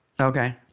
Okay